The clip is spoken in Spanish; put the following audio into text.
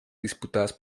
disputadas